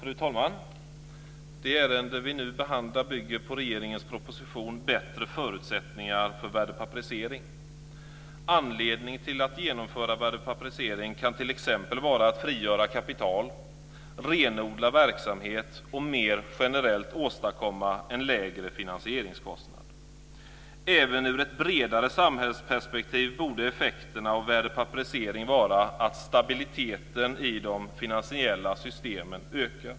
Fru talman! Det ärende som vi nu behandlar bygger på regeringens proposition Bättre förutsättningar för värdepapperisering. Anledningen till att man vill genomföra värdepapperisering kan t.ex. vara att frigöra kapital, renodla verksamhet och mer generellt åstadkomma en lägre finansieringskostnad. Även ur ett bredare samhällsperspektiv borde effekterna av värdepapperisering vara att stabiliteten i de finansiella systemen ökar.